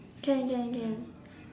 can can can